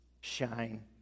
shine